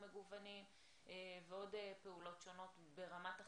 ומגוונים ועוד פעולות שונות ברמת החברה,